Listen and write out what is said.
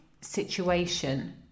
situation